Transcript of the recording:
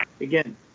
again